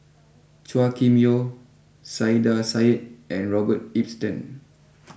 Chua Kim Yeow Saiedah Said and Robert Ibbetson